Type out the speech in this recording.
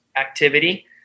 activity